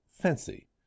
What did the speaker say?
fancy